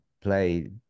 play